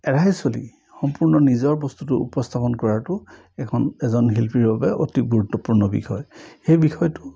এৰাই চলি সম্পূৰ্ণ নিজৰ বস্তুটো উপস্থাপন কৰাটো এখন এজন শিল্পীৰ বাবে অতি গুৰুত্বপূৰ্ণ বিষয় সেই বিষয়টো